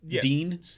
dean